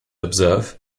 observe